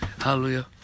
Hallelujah